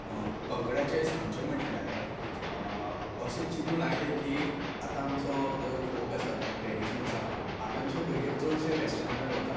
पंगडाचें सांगचें म्हणल्यार अशें चिंतून आयलें की आतां आमचो जो फोक आसा ट्रॅडीशन आसा आतांचे भुरगे चडशे वेस्टर्ना कडेन वता